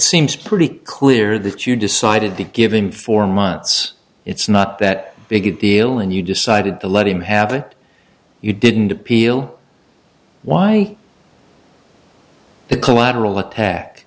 seems pretty clear that you decided to give him four months it's not that big a deal and you decided to let him have it you didn't appeal why the collateral attack